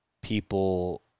people